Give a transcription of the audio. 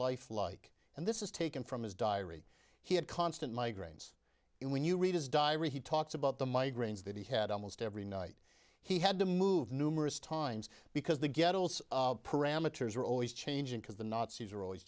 life like and this is taken from his diary he had constant migraines and when you read his diary he talks about the migraines that he had almost every night he had to move numerous times because the ghetto parameters are always changing because the nazis are always